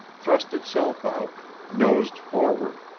thrust itself out, nosed forward,